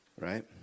right